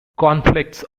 conflicts